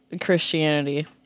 Christianity